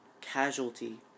casualty